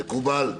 מקובל.